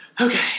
Okay